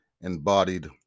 embodied